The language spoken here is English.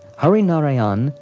harinarayana,